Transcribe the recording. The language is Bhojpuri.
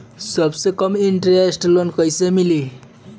सबसे कम इन्टरेस्ट के लोन कइसे मिली?